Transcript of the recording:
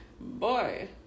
boy